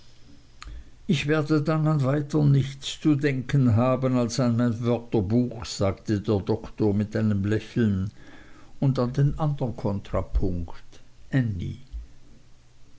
ich werde dann an weiter nichts zu denken haben als an mein wörterbuch sagte der doktor mit einem lächeln und an den andern kontraktpunkt